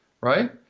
right